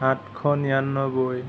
সাতশ নিৰান্নব্বৈ